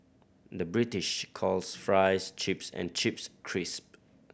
the British calls fries chips and chips crisp